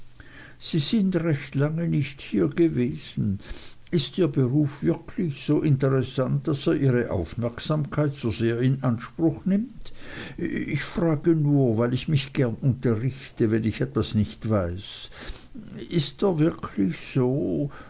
sie sind recht lange nicht hier gewesen ist ihr beruf wirklich so interessant daß er ihre aufmerksamkeit so sehr in anspruch nimmt ich frage nur weil ich mich gern unterrichte wenn ich etwas nicht weiß ist er wirklich so